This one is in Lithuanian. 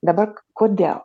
dabar kodėl